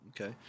okay